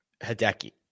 Hideki